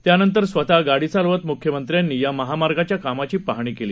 त्यानंतरस्वतःगाडीचालवतम्ख्यमंत्र्यांनीयामहामार्गाच्याकामाचीपाहणीकेली